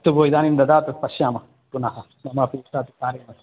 अस्तु भो इदानीं ददा तत् पश्यामः पुनः मम पुटात् कार्यमस्ति